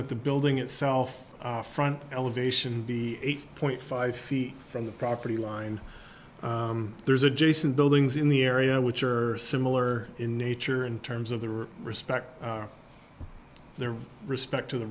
that the building itself front elevation be eight point five feet from the property line there's adjacent buildings in the area which are similar in nature in terms of their respect their respect to the